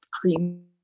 cream